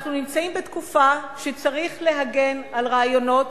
אנחנו נמצאים בתקופה שבה צריך להגן על רעיונות,